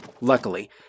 Luckily